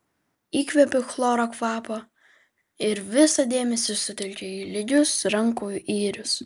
įkvepiu chloro kvapo ir visą dėmesį sutelkiu į lygius rankų yrius